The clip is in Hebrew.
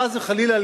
חס וחלילה,